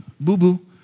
boo-boo